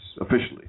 officially